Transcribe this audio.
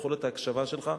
על יכולת ההקשבה שלך,